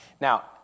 Now